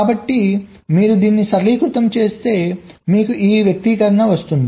కాబట్టి మీరు దీన్ని సరళీకృతం చేస్తే మీకు ఈ వ్యక్తీకరణ వస్తుంది